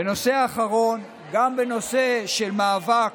ונושא אחרון, גם בנושא של מאבק